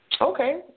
Okay